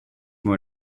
more